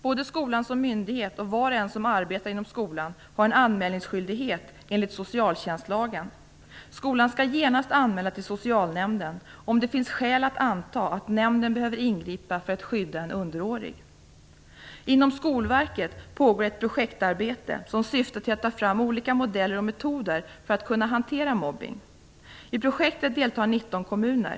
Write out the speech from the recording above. Både skolan som myndighet och var och en som arbetar inom skolan har en anmälningsskyldighet enligt socialtjänstlagen. Skolan skall genast anmäla till socialnämnden om det finns skäl att anta att nämnden behöver ingripa för att skydda en underårig. Inom Skolverket pågår ett projektarbete som syftar till att ta fram olika modeller och metoder för att kunna hantera mobbning. I projektet deltar 19 kommuner.